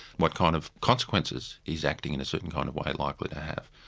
what kind of consequences is acting in a certain kind of way likely to have?